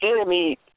enemy